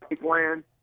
plan